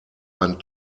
einen